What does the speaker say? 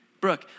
Brooke